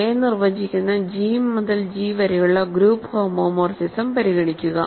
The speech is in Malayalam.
a നിർവചിക്കുന്ന G മുതൽ G വരെയുള്ള ഗ്രൂപ്പ് ഹോമോമോർഫിസം പരിഗണിക്കുക